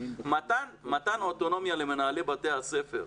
מתן אוטונומיה למנהלי בתי הספר,